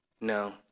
No